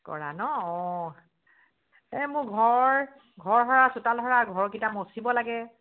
কৰা নহ্ অঁ এই মোৰ ঘৰ ঘৰ সৰা চোতাল সৰা ঘৰকেইটা মুচিব লাগে